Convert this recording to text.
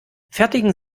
fertigen